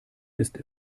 ist